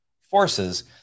forces